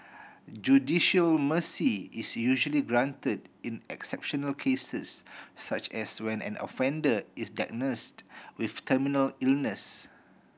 judicial mercy is usually granted in exceptional cases such as when an offender is diagnosed with terminal illness